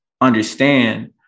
understand